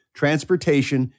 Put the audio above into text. transportation